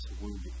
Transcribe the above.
wounded